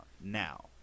Now